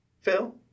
Phil